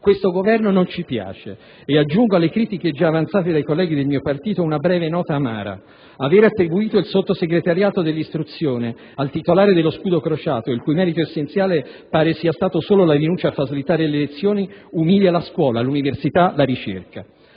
Questo Governo non ci piace e aggiungo alle critiche già avanzate dai colleghi del mio partito una breve nota amara: aver attribuito il Sottosegretariato all'istruzione al titolare dello Scudocrociato, il cui merito essenziale pare sia stato solo la rinuncia a far slittare le elezioni, umilia la scuola, l'università e la ricerca.